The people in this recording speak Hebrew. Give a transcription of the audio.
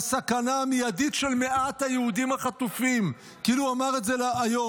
לסכנה המיידית של מאת היהודים החטופים" כאילו הוא אמר את זה היום,